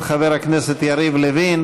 תודה לחבר הכנסת ינון אזולאי על דבריו המרגשים.